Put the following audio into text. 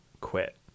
quit